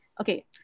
Okay